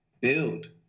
build